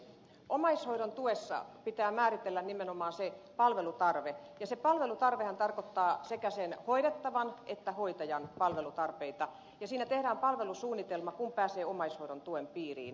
omaishoidon tuessa pitää määritellä nimenomaan se palvelutarve ja se palvelutarvehan tarkoittaa sekä sen hoidettavan että hoitajan palvelutarpeita ja siinä tehdään palvelusuunnitelma kun pääsee omaishoidon tuen piiriin